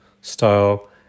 style